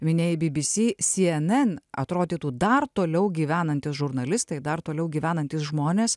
minėjai bbc cnn atrodytų dar toliau gyvenantys žurnalistai dar toliau gyvenantys žmonės